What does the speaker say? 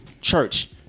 church